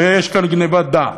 ויש כאן גנבת דעת.